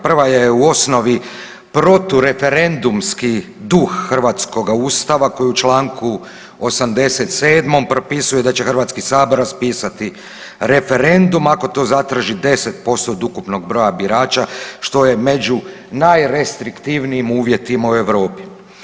Prva je u osnovi protureferendumski duh hrvatskoga Ustava koji u Članku 87. propisuje da će Hrvatski sabor raspisati referendum ako to zatraži 10% od ukupnog broja birača što je među najrestriktivnijim uvjetima u Europi.